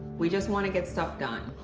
we just want to get stuff done.